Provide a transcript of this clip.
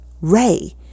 Ray